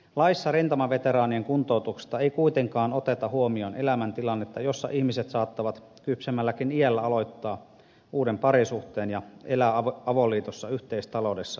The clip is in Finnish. laissa rintamaveteraanien kuntoutuksesta ei kuitenkaan oteta huomioon elämäntilannetta jossa ihmiset saattavat kypsemmälläkin iällä aloittaa uuden parisuhteen ja elää avoliitossa yhteistaloudessa menemättä naimisiin